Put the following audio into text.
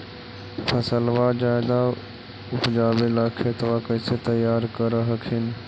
फसलबा ज्यादा उपजाबे ला खेतबा कैसे तैयार कर हखिन?